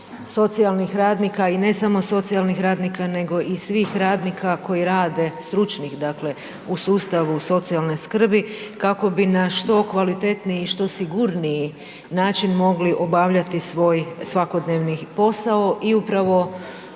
socijalnih radnika i ne samo socijalnih radnika, nego i svih radnika koji rade, stručnih, dakle, u sustavu socijalne skrbi, kako bi na što kvalitetniji i što sigurniji način mogli obavljati svoj svakodnevni posao i upravo